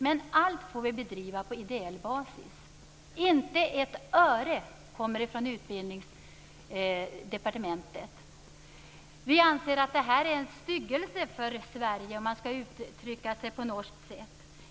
Men allt får vi bedriva på ideell basis. Inte ett öre kommer från Utbildningsdepartementet. Vi anser att det här är en styggelse för Sverige, om man skall uttrycka sig på norskt sätt.